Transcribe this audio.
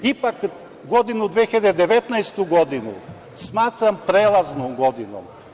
Ipak, godinu 2019. smatram prelaznom godinom.